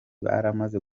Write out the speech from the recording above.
baramaze